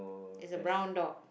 is a brown dog